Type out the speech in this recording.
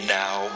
now